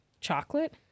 Chocolate